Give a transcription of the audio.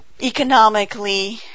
economically